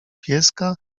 pieska